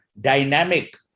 dynamic